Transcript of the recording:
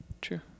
true